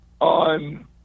on